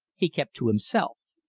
he kept to himself.